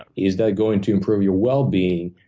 is that going to improve your wellbeing?